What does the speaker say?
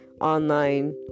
online